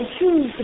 choose